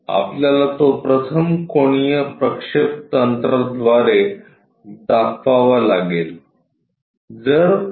आपल्याला तो प्रथम कोनीय प्रक्षेप तंत्राद्वारे दाखवावा लागेल